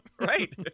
Right